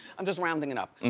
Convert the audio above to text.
i'm just rounding it up.